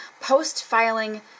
post-filing